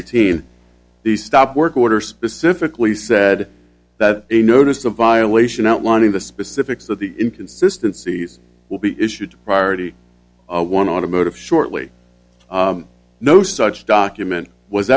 eighteen the stop work order specifically said that a notice a violation outlining the specifics of the inconsistency is will be issued priority one automotive shortly no such document was